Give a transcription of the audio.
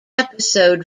episode